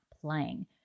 playing